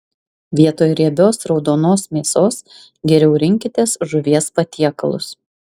vietoj riebios raudonos mėsos geriau rinkitės žuvies patiekalus